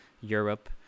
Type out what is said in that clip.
Europe